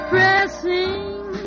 Pressing